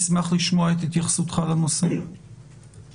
וצריך לברך את צה"ל שעמס על עצמו גם את המשימה החשובה הזו,